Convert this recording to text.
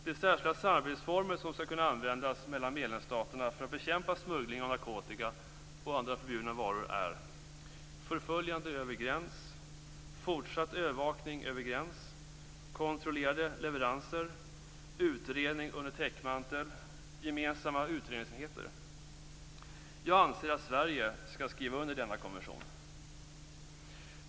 De särskilda samarbetsformer som skall kunna användas mellan medlemsstaterna för att bekämpa smuggling av narkotika och andra förbjudna varor är: Jag anser att Sverige skall skriva under denna konvention.